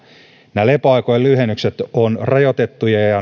nämä lepoaikojen lyhennykset ovat rajoitettuja ja ja